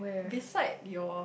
beside your